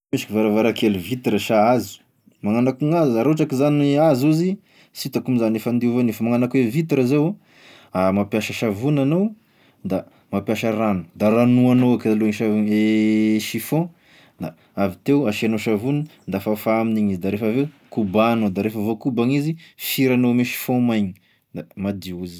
Varavarakely vitre sa hazo, magnano akoa gn'ahy zany raha ohatra ka zany hazo izy, sitako gn'ila gne fandiova an'io fa magnano akoa e vitra zao, a mampiasa savogny anao, da mampiasa rano, da ranoanao eky aloha i savo- i chiffon da avy teo asianao savogny da fafa amign'igny izy da refa avy eo kobano da refa voakoban'izy da firanao ame chiffon maigny da madio izy zay.